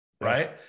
Right